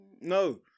no